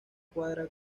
cuadra